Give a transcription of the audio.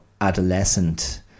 adolescent